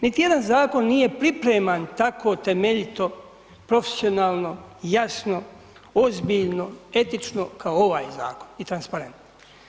Niti jedan zakon nije pripreman tako temeljito, profesionalno, jasno, ozbiljno, etično, kao ovaj zakon i transparentno.